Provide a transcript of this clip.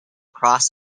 across